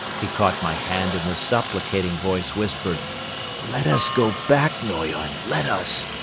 he caught my hand and with supplicating voice whispered let us go back, noyon let us!